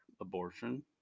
abortion